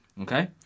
okay